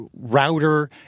router